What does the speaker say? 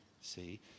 See